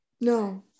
No